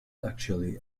actually